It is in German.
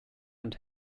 und